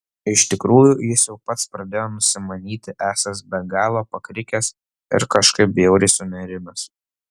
iš tikrųjų jis jau pats pradėjo nusimanyti esąs be galo pakrikęs ir kažkaip bjauriai sunerimęs